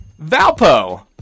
Valpo